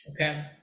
Okay